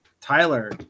Tyler